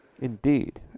Indeed